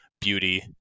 beauty